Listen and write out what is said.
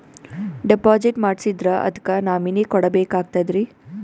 Deposit ಮಾಡ್ಸಿದ್ರ ಅದಕ್ಕ nominee ಕೊಡಬೇಕಾಗ್ತದ್ರಿ?